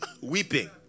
Weeping